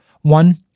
One